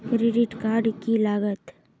Credit card की लागत?